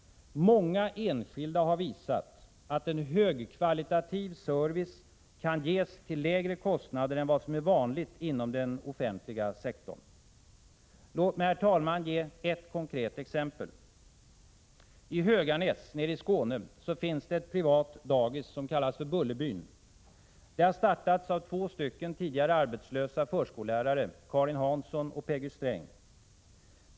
Många enskilda har visat att en högkvalitativ service kan ges till lägre kostnader än vad som är vanligt inom den offentliga sektorn. Låt mig, herr talman, ge ett konkret exempel. I Höganäs i Skåne finns ett privat dagis som heter Bullerbyn. Det har startats av två tidigare arbetslösa förskollärare, Karin Hansson och Peggy Sträng.